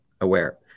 aware